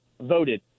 voted